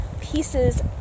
pieces